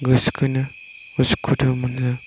गोसोखौनो उसु खुथु मोनो